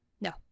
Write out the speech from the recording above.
No